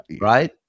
right